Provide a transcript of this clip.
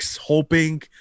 hoping